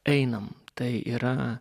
einam tai yra